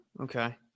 Okay